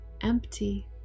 empty